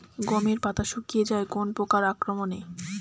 গমের পাতা শুকিয়ে যায় কোন পোকার আক্রমনে?